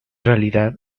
realidad